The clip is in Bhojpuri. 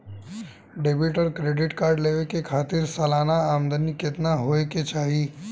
डेबिट और क्रेडिट कार्ड लेवे के खातिर सलाना आमदनी कितना हो ये के चाही?